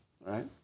right